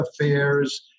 affairs